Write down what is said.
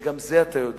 וגם את זה אתה יודע,